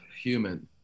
human